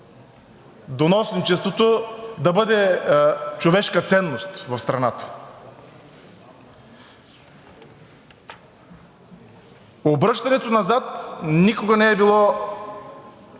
доносничеството да бъде човешка ценност в страната. Обръщането назад никога не е било